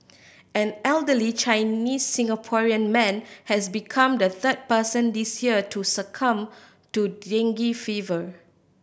an elderly Chinese Singaporean man has become the third person this year to succumb to dengue fever